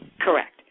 Correct